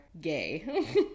gay